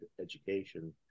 education